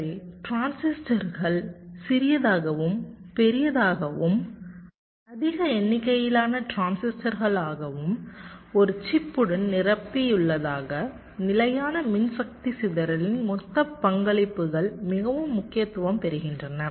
எனவே டிரான்சிஸ்டர்கள் சிறியதாகவும் பெரியதாகவும் அதிக எண்ணிக்கையிலான டிரான்சிஸ்டராகவும் ஒரு சிப்புடன் நிரம்பியுள்ளதால் நிலையான மின்சக்தி சிதறலின் மொத்த பங்களிப்புகள் மிகவும் முக்கியத்துவம் பெறுகின்றன